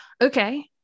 okay